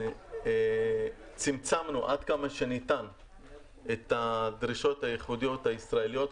צמצמנו עד כמה שניתן את הדרישות הייחודיות הישראליות.